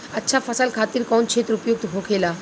अच्छा फसल खातिर कौन क्षेत्र उपयुक्त होखेला?